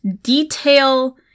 detail